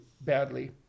badly